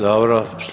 Dobro.